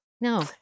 No